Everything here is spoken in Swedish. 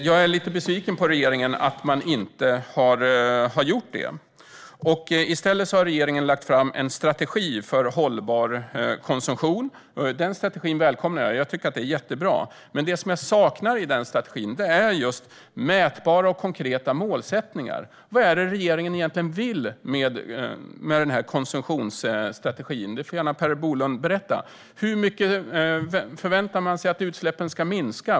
Jag är lite besviken på regeringen för att man inte har gjort detta. I stället har regeringen lagt fram en strategi för hållbar konsumtion. Den välkomnar jag - jag tycker att det är jättebra. Men det jag saknar i strategin är just mätbara, konkreta målsättningar. Vad är det regeringen egentligen vill med konsumtionsstrategin? Det får Per Bolund gärna berätta. Hur mycket förväntar man sig att utsläppen ska minska?